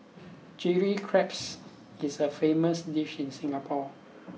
Chilli Crabs is a famous dish in Singapore